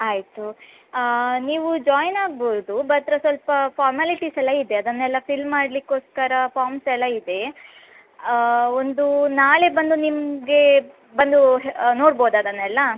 ಆಯಿತು ನೀವು ಜಾಯಿನ್ ಆಗ್ಬಹುದು ಮಾತ್ರ ಸ್ವಲ್ಪ ಫಾರ್ಮಲಿಟೀಸ್ ಎಲ್ಲ ಇದೆ ಅದನ್ನೆಲ್ಲ ಫಿಲ್ ಮಾಡಲಿಕ್ಕೋಸ್ಕರ ಫಾರ್ಮ್ಸ್ ಎಲ್ಲ ಇದೆ ಒಂದು ನಾಳೆ ಬಂದು ನಿಮಗೆ ಬಂದು ನೋಡ್ಬಹುದಾ ಅದನ್ನೆಲ್ಲ